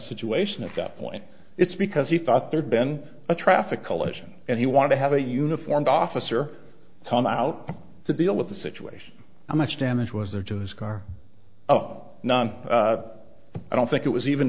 situation at that point it's because he thought there'd been a traffic collision and he wanted to have a uniformed officer tom out to deal with the situation how much damage was there to his car up i don't think it was even